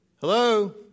Hello